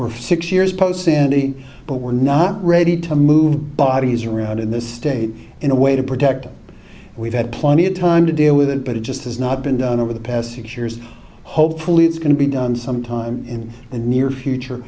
we're six years post sandy but we're not ready to move bodies around in this state in a way to protect it but we've had plenty of time to deal with it but it just has not been done over the past six years hopefully it's going to be done some time in the near future